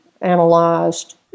analyzed